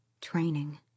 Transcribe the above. Training